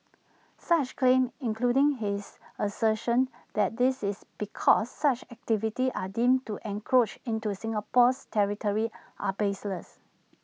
such claims including his assertion that this is because such activities are deemed to encroach into Singapore's territory are baseless